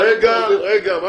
הפסקה.